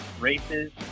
races